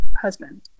husband